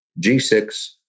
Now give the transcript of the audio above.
g6